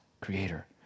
creator